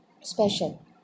special